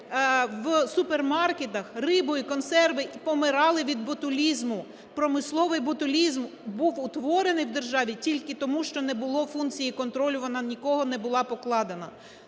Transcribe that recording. в супермаркетах рибу і консерви і помирали від ботулізму, промисловий ботулізм був утворений в державі тільки тому, що не було функції контролю, вона ні на кого не була покладена.